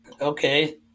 Okay